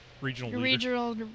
Regional